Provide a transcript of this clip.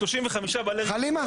35 בעלי רישיונות --- חלימה,